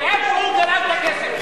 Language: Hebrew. מאיפה הוא גנב את הכסף?